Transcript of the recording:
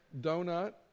donut